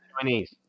Chinese